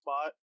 spot